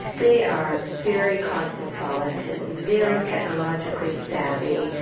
they are very cosmopolitan, very technologically savvy,